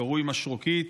שקרוי "משרוקית".